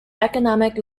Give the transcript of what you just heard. economic